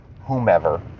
whomever